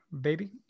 baby